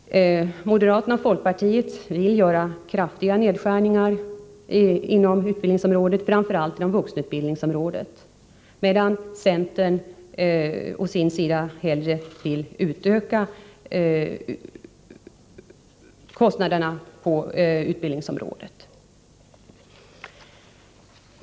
Moderaterna och folkpartiet vill göra kraftiga nedskärningar inom utbildningsområdet, framför allt inom vuxenutbildningsområdet, medan centern å sin sida hellre vill utöka utgifterna för utbildningsområdet.